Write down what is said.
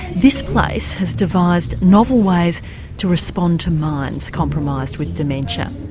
this place has devised novel ways to respond to minds compromised with dementia.